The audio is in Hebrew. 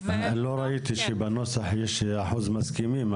לא ראיתי שבנוסח יש אחוז מסכימים,